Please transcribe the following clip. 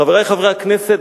חברי חברי הכנסת,